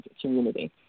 community